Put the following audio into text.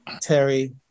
Terry